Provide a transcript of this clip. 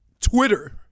Twitter